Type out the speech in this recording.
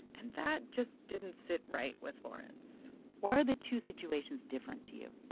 and that just didn't sit right with lawrence why are the two situations different to you?